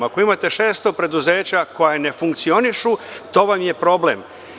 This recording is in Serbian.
Ako imate šest preduzeća koja ne funkcionišu, to vam je problem.